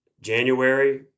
January